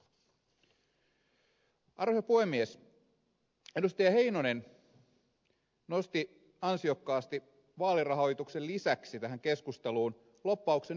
heinonen nosti ansiokkaasti vaalirahoituksen lisäksi tähän keskusteluun lobbauksen yleisemminkin